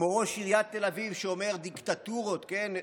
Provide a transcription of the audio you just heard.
כמו ראש עיריית תל אביב, שאומר: דיקטטורות, כן,